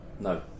No